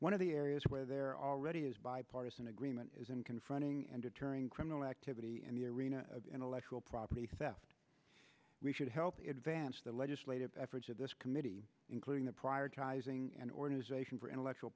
one of the areas where there already is bipartisan agreement is in confronting and deterring criminal activity in the arena of intellectual property theft we should help advance the legislative efforts of this committee including the prior ties ng and organization for intellectual